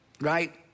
right